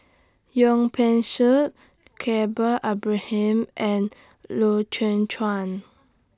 Wong Peng Soon Yaacob Ibrahim and Loy Chye Chuan